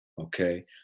okay